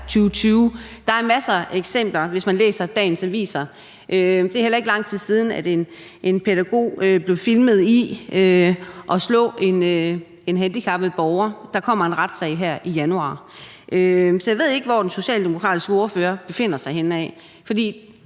2020, og der er masser af eksempler, hvis man læser dagens aviser, og det er heller ikke lang tid siden, at en pædagog blev filmet i at slå en handicappet borger, og der kommer en retssag her i januar. Så jeg ved ikke, hvor den socialdemokratiske ordfører befinder sig henne. For